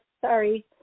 sorry